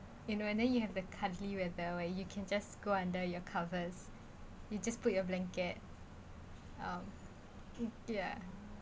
you know and then you have the cuddly weather where you can just go under your covers you just put your blanket um ya